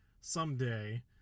someday